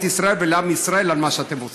ישראל ולעם ישראל על מה שאתם עושים.